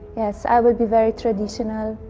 yes, i would be very traditional,